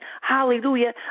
Hallelujah